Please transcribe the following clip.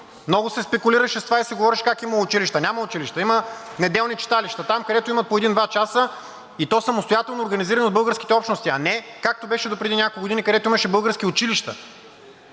много се спекулираше с това и се говореше как имало училища. Няма училища! Има неделни читалища – там, където има по един-два часа, и то самостоятелно организирани от българските общности, а не както беше допреди няколко години, където имаше български училища.